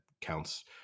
counts